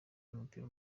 w’umupira